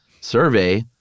survey